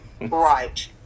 right